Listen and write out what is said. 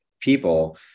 people